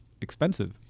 expensive